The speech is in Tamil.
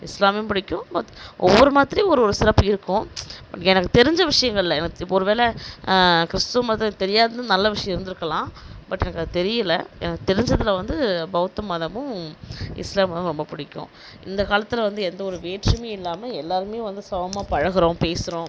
இஸ்லாமியம் பிடிக்கும் மத் ஒவ்வொரு மதத்திலியும் ஒரு ஒரு சிறப்பு இருக்கும் எனக்கு தெரிஞ்ச விஷயங்களில் எனக்கு ஒருவேளை கிறிஸ்துவ மதத்தை தெரியாதுனு நல்ல விஷயோம் இருந்திருக்குலாம் பட் அது எனக்கு தெரியல எனக்கு தெரிஞ்சதில் வந்து பௌத்தம் மதமும் இஸ்லாமிய மதமும் ரொம்ப பிடிக்கும் இந்தக்காலத்தில் வந்து எந்த ஒரு வேற்றுமை இல்லாமல் எல்லோருமே வந்து சமமாக பழகுகிறோம் பேசுகிறோம்